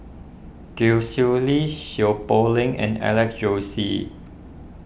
Gwee Sui Li Seow Poh Leng and Alex Josey